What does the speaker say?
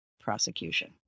prosecution